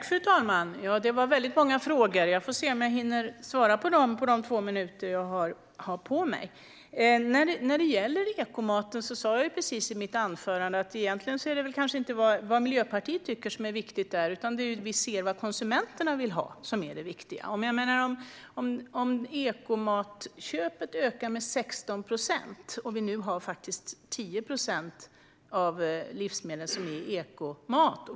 Fru talman! Det var många frågor. Jag får se om jag hinner svara på de två minuter jag har på mig. När det gäller ekomaten sa jag precis i mitt anförande att det egentligen inte är vad Miljöpartiet tycker som är viktigt utan vad konsumenterna vill ha. Efterfrågan på ekomat ökar med 16 procent, och 10 procent av våra livsmedel är ekomat.